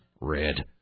Red